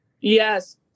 Yes